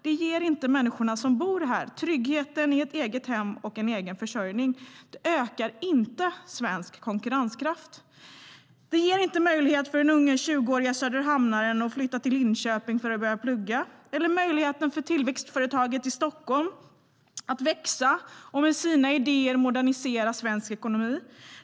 Det ger inte människorna som bor här tryggheten i ett eget hem och en egen försörjning. Det ökar inte svensk konkurrenskraft. Det ger inte möjlighet för den unge 20-årige söderhamnaren att flytta till Linköping och börja plugga eller möjlighet för tillväxtföretaget i Stockholm att växa och med sina idéer modernisera svensk ekonomi.